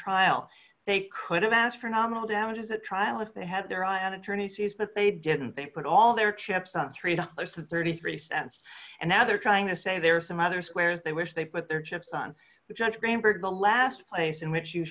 trial they could have asked for nominal damages at trial if they had their eye on attorney's fees but they didn't they put all their chips on three dollars to zero dollars thirty three cents and now they're trying to say there are some others where they wish they put their chips on the judge greenberg the last place in which you